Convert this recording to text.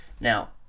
Now